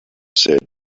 said